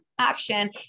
option